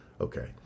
Okay